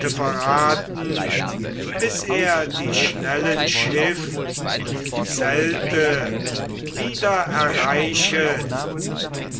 verraten bis er die schnellen schiff und zelte wieder erreichet